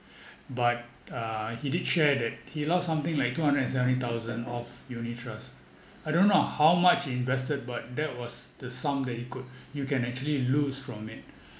but uh he did share that he lost something like two hundred and seventy thousand of unit trust I don't know how much he invested but that was the sum that you could you can actually lose from it